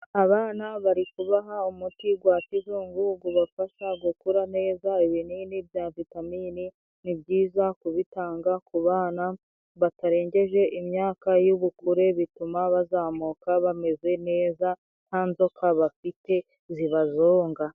Abana bari kubaha umuti gwa kizungu ubafasha gukura neza, ibinini bya vitamine ni byiza kubitanga ku bana batarengeje imyaka y'ubukure, bituma bazamuka bameze neza nta nzoka bafite zibazonga.